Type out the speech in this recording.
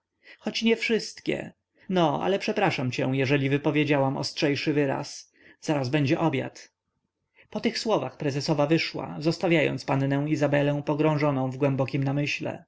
choć niewszystkie no ale przepraszam cię jeżeli wypowiedziałam ostrzejszy wyraz zaraz będzie obiad po tych słowach prezesowa wyszła zostawiając pannę izabelę pogrążoną w głębokim namyśle